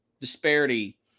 disparity